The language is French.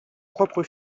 propre